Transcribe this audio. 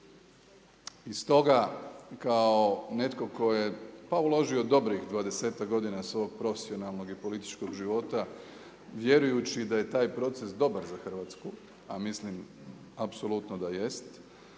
I stoga kao netko tko je, pa uložio dobrih dvadesetak godina svog profesionalnog i političkog života, vjerujući da je taj proces dobar za Hrvatsku, a mislim apsolutno da jest,